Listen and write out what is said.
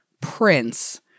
Prince